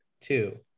two